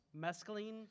mescaline